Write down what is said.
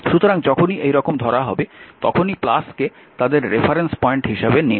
সুতরাং যখনই এইরকম ধরা হবে তখনই কে তাদের রেফারেন্স পয়েন্ট হিসাবে নিন